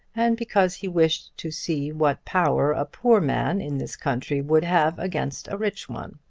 and because he wished to see what power a poor man in this country would have against a rich one.